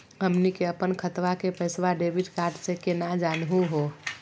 हमनी के अपन खतवा के पैसवा डेबिट कार्ड से केना जानहु हो?